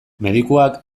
medikuak